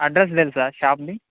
address తెలుసా షాప్ది